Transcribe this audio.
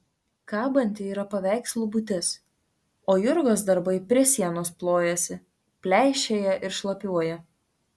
kabanti yra paveikslų būtis o jurgos darbai prie sienos plojasi pleišėja ir šlapiuoja